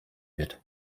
wird